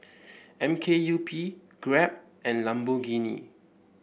M K U P Grab and Lamborghini